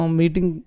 meeting